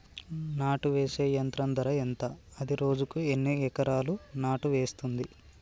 నాటు వేసే యంత్రం ధర ఎంత? అది రోజుకు ఎన్ని ఎకరాలు నాటు వేస్తుంది?